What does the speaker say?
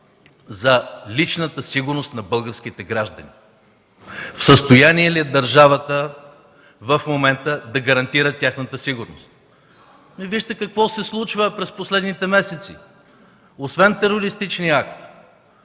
за личната сигурност на българските граждани – в състояние ли е държавата в момента да гарантира тяхната сигурност. Вижте какво се случва през последните месеци: освен терористичния акт: